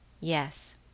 yes